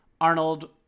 Arnold